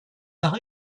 nach